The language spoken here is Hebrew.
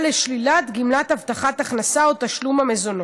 לשלילת גמלת הבטחת ההכנסה או תשלום המזונות,